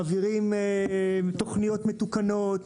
מעבירים תוכניות מתוקנות,